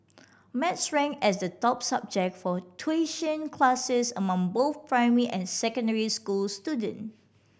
maths ranked as the top subject for tuition classes among both primary and secondary school student